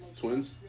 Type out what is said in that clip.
Twins